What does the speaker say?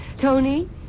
Tony